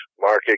market